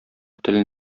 телен